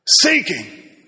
seeking